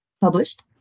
published